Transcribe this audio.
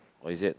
oh is it